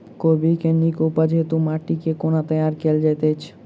कोबी केँ नीक उपज हेतु माटि केँ कोना तैयार कएल जाइत अछि?